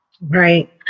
Right